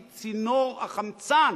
היא צינור החמצן